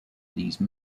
these